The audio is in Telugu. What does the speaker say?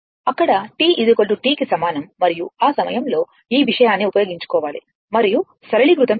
అక్కడ t T కి సమానం మరియు ఆ సమయంలో ఈ విషయాన్ని ఉపయోగించుకోవాలి మరియు సరళీకృతం చేయాలి